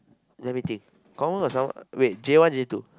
let me think confirm got someone wait J one J two